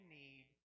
need